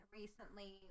recently